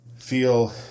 feel